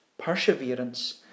perseverance